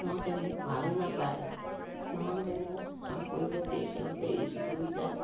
সিহঁতে মোক ভাল নাপায় সিহঁতে মোক কাম কৰিব দিয়ে সিহঁতে স্কুল যায়